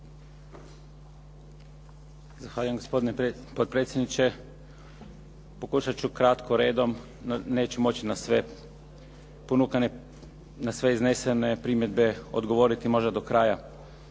Zahvaljujem gospodine potpredsjedniče. Pokušat ću kratko redom, neću moći na sve ponukane, na sve iznesene primjedbe odgovoriti možda do kraja.